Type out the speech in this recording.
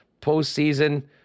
postseason